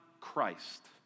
Christ